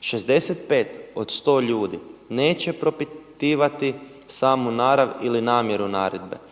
65 od 100 ljudi neće propitivati samu narav ili namjeru naredbe,